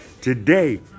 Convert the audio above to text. Today